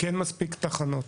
כי אין מספיק תחנות.